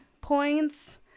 points